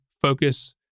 focus